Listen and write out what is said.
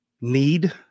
need